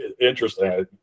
interesting